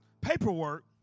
paperwork